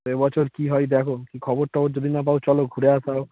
এ বছর কি হয় দেখো কি খবর টবর যদি না পাও চলো ঘুরে আসা হোক